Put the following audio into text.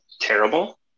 terrible